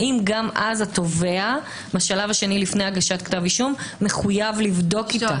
האם גם אז התובע בשלב השני לפני הגשת כתב אישום - מחויב לבדוק איתה?